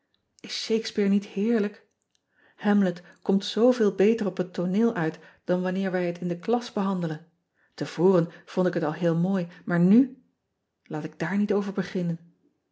hakespeare niet heerlijk amlet komt zooveel beter op het tooneel uit dan wanneer wij het in de klas behandelen e voren vond ik het al heel mooi maar nu laat ik daar niet over beginnen